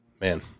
man